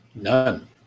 None